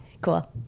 Cool